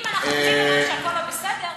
אם אנחנו נוטים לומר שהכול לא בסדר,